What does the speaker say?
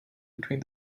between